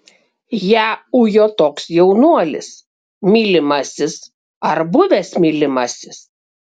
ją ujo toks jaunuolis mylimasis ar buvęs mylimasis